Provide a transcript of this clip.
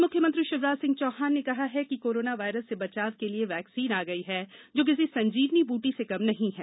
उधर मुख्यमंत्री शिवराज सिंह चौहान ने कहा है कि कोरोना वायरस से बचाव के लिए वैक्सीन आ गई है जो किसी संजीवनी बूटी से कम नहीं है